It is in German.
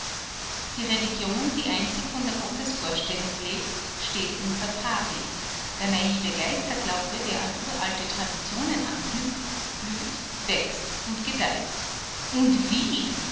die religion die einzig von der gottesvorstellung lebt steht unter pari der naive geisterglaube der an uralte traditionen anknüpft blüht wächst gedeiht und wie